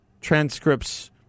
transcripts